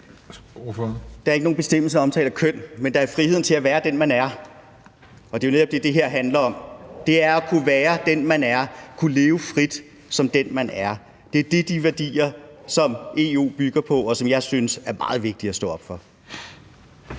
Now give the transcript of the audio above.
Der er ikke nogen bestemmelse, der omtaler køn. Men der er friheden til at være den, man er, og det er jo netop det, som det her handler om. Det er at kunne være den, man er, kunne leve frit som den, man er. Det er de værdier, som EU bygger på, og som jeg synes er meget vigtige at stå op for.